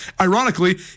ironically